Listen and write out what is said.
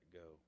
go